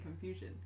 confusion